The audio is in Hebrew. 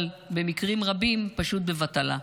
אבל במקרים רבים פשוט בבטלה,